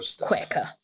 quicker